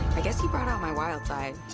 i guess he brought out my wild side.